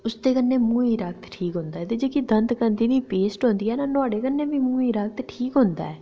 ते उसदे कन्नै मूहें दा रक्त ठीक होंदा ऐ ते जेह्ड़ी दंत कांति दी पेस्ट होंदी ऐ ना ते नुहाड़े कन्नै बी मूहें दा रक्त ठीक होंदा ऐ